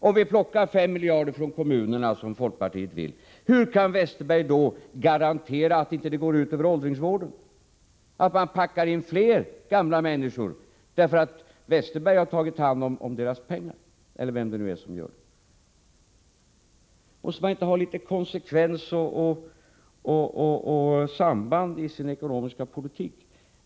Om vi plockar 5 miljarder från kommunerna, som folkpartiet vill, hur kan Westerberg då garantera att det inte går ut över åldringsvården, att man inte packar in fler gamla människor på rummen, därför att Westerberg eller vem det nu kan vara tar hand om deras pengar? Måste man inte ha litet konsekvens och samband i sin ekonomiska politik?